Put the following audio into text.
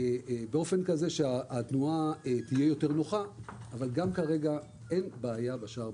באופן כזה שהתנועה תהיה יותר נוחה אבל כרגע אין בעיה בשער.